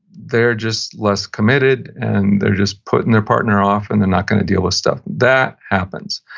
they're just less committed, and they're just putting their partner off and they're not going to deal with stuff, that happens.